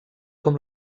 com